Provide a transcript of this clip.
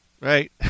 right